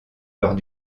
lors